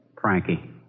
Frankie